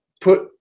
put